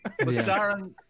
Darren